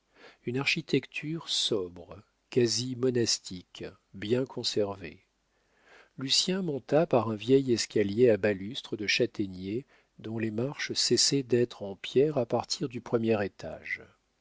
une architecture sobre quasi monastique bien conservée lucien monta par un vieil escalier à balustres de châtaignier dont les marches cessaient d'être en pierre à partir du premier étage